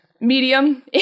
medium